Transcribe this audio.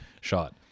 shot